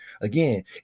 Again